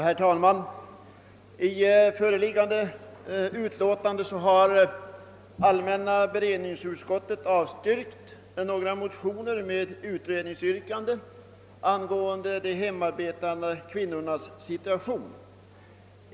Herr talman! I föreliggande utlåtande har allmänna beredningsutskottet avstyrkt några motioner med utredningsyrkande angående de hemarbetande kvinnornas situation.